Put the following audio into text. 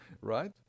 Right